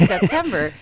September